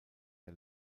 der